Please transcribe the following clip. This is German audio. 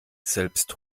selbst